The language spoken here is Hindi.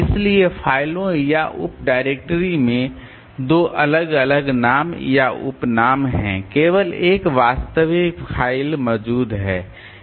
इसलिए फ़ाइलों या उप डायरेक्टरी में दो अलग अलग नाम या उपनाम हैं केवल एक वास्तविक फ़ाइल मौजूद है